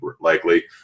likely